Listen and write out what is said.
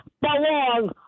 belong